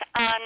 on